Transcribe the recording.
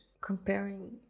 comparing